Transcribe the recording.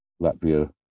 Latvia